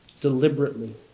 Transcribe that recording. deliberately